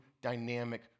dynamic